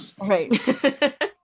right